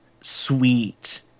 sweet